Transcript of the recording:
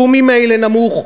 שהוא ממילא נמוך,